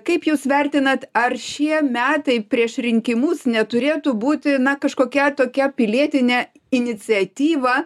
kaip jūs vertinat ar šie metai prieš rinkimus neturėtų būti na kažkokia tokia pilietine iniciatyva